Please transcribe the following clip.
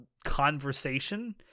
conversation